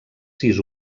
sis